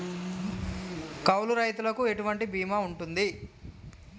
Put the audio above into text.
కౌలు రైతులకు ఎటువంటి బీమా ఉంటది?